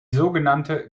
sogenannte